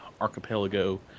archipelago